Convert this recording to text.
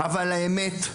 אבל האמת,